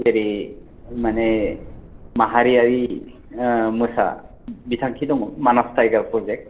जेरै माने माहारियारि ओ मोसा बिथांखि दङ मानास टाइगार प्रजेक्ट